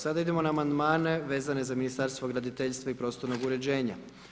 Sada idemo na amandmane vezane za Ministarstvo graditeljstva i prostornog uređenja.